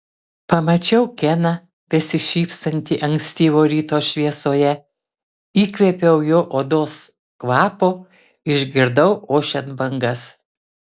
pamačiau keną besišypsantį ankstyvo ryto šviesoje įkvėpiau jo odos kvapo išgirdau ošiant bangas